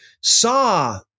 saw